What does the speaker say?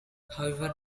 however